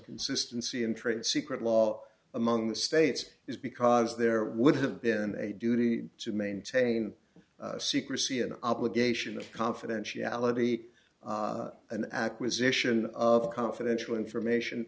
insistency in trade secret law among the states is because there would have been a duty to maintain secrecy an obligation of confidentiality and the acquisition of confidential information